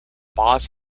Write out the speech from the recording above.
boss